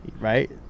right